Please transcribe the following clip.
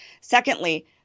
Secondly